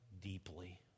deeply